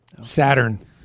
Saturn